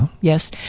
Yes